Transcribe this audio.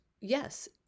yes